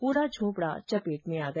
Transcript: पूरा झोंपड़ा चपेट में आ गया